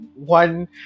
One